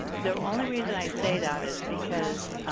the only reason i say that is because